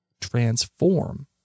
transform